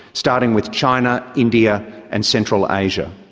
starting with china, india and central asia.